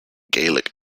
gaelic